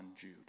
Jude